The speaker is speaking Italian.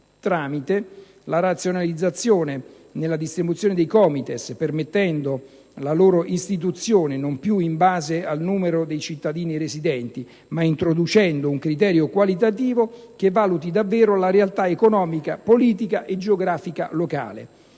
tramite la razionalizzazione nella distribuzione dei Comites, permettendo la loro istituzione non più in base al numero di cittadini residenti, ma introducendo una criterio qualitativo che valuti davvero la realtà economica, politica e geografica locale;